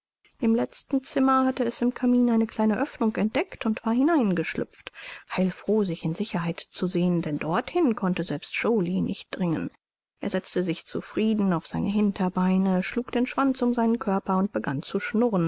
im letzten zimmer hatte es im kamin eine kleine oeffnung entdeckt und war hineingeschlüpft heilfroh sich in sicherheit zu sehen denn dorthin konnte selbst joly nicht dringen er setzte sich zufrieden auf seine hinterbeine schlug den schwanz um seinen körper und begann zu schnurren